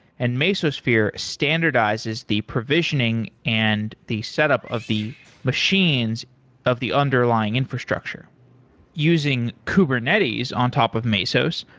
and mesosphere standardizes the provisioning and the setup of the machines of the underlying infrastructure using kubernetes on top of mesos,